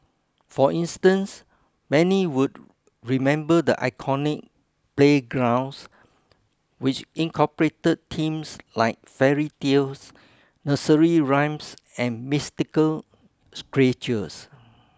for instance many would remember the iconic playgrounds which incorporated themes like fairy tales nursery rhymes and mythical creatures